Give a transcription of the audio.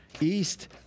east